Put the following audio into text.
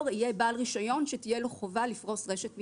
יהיה בעל רישיון שתהיה לו חובה לפרוס רשת מתקדמת.